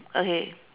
okay